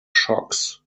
shocks